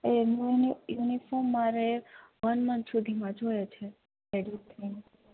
એ uniform મારે one month સુધીમાં જોઈએ છે એ